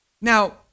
Now